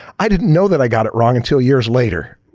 i didn't know that i got it wrong until years later.